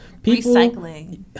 Recycling